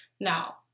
Now